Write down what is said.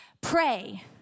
Pray